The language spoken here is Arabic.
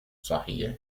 صحيح